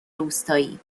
روستایی